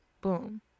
Boom